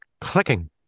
clicking